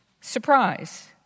surprise